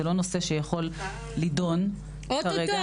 זה לא נושא שיכול לדון כרגע --- אוטוטו.